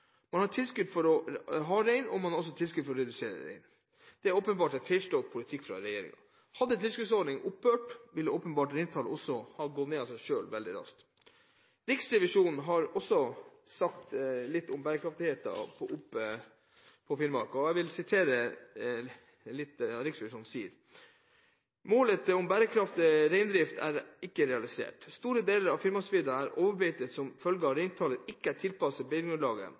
man har tilskudd for å ha rein, og man har også tilskudd for å redusere reintallet. Det er åpenbart en feilslått politikk fra regjeringens side. Hadde tilskuddsordningen opphørt, ville reintallet åpenbart ha gått ned av seg selv veldig raskt. Riksrevisjonen har også sagt litt om bærekraften i Finnmark, og jeg vil sitere litt av det Riksrevisjonen sier: «Målet om økologisk bærekraftig reindrift er ikke realisert. Store deler av Finnmarksvidda er overbeitet som følge av at reintallet ikke er tilpasset